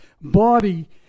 body